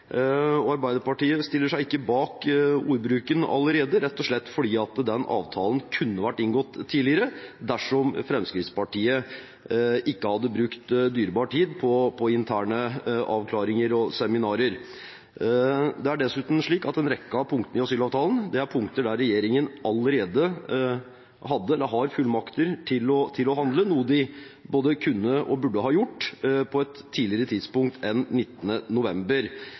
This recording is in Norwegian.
ikke. Arbeiderpartiet stiller seg ikke bak bruken av ordet «allerede», rett og slett fordi den avtalen kunne vært inngått tidligere dersom Fremskrittspartiet ikke hadde brukt dyrebar tid på interne avklaringer og seminarer. Det er dessuten slik at en rekke av punktene i asylavtalen er punkter der regjeringen allerede hadde eller har fullmakter til å handle, noe de både kunne og burde ha gjort på et tidligere tidspunkt enn 19. november.